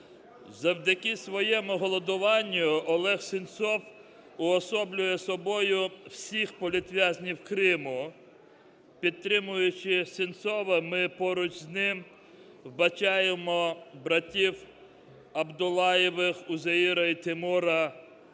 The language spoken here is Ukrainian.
Завдяки своєму голосуванню Олег Сенцов уособлює собою всіх політв'язнів Криму. Підтримуючи Сенцова, ми поруч з ним вбачаємо братів Абдулаєвих, Узеіра і Тимура,